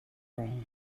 wrong